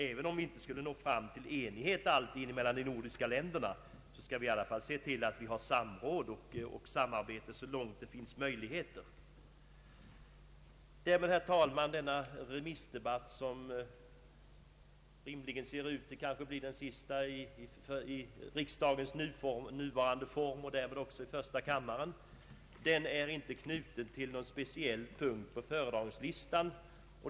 Även om de nordiska länderna inte alltid skulle nå fram till enighet, så måste vi i alla fall se till att det sker samråd och samarbete så långt det finns möjlighet därtill. Herr talman! Denna remissdebatt, som ser ut att bli den sista i riksdagens nuvarande form och därmed också i första kammaren, är inte knuten till någon speciell punkt på föredragningslistan.